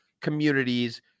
communities